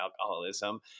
alcoholism